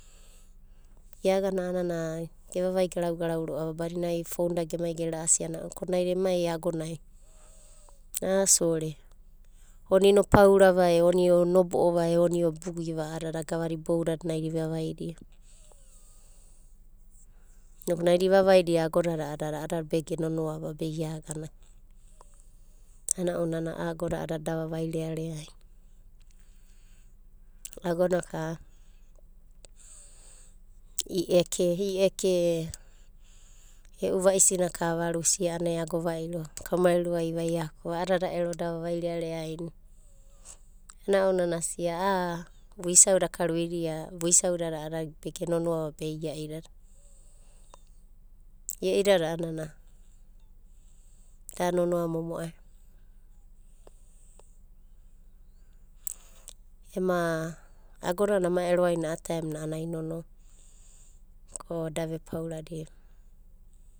Ia agana a'anana gevavai garau garau ro'ava badinana a foun da gemai gera'asi. Naida emai agonai ai sore onina opaurave e oni onobo'o va e oni obugiva a'adada gavada boudadai naida ivavaidia. Inoku naida ivavaidia agodada a'adada be ge nonoa va be ia agana. Ana ounanai a'a agoda a'adada da vavairearea venida. Agona ka i eke, i eke e'u va'isina ka avalusia a'ana eago va'iro kaumai rua ivaiaku a'adada ero da vavairearea ainida. Ana ounanai asia a'a vuisauda karuidia a'adada vuisaudada a'adada genonoa va be ia'idada. Ie'idada a'anana da nonoa momo'ai. ema agonana ama ero aina taem nai a'ana nonoa, ko da vepaura diba.